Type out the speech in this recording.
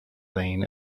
lane